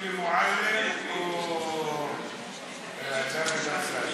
שולי מועלם או דוד אמסלם?